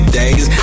days